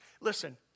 Listen